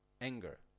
anger